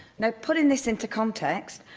like putting this into context,